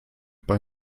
bei